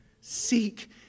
Seek